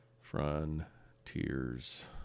Frontiers